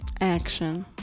Action